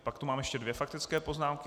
Pak tu mám ještě dvě faktické poznámky.